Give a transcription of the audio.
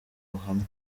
buhamya